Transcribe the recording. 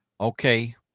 Okay